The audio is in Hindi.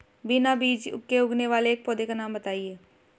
बिना बीज के उगने वाले एक पौधे का नाम बताइए